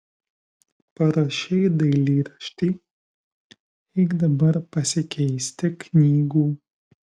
parašei dailyraštį eik dabar pasikeisti knygų